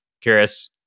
curious